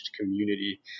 community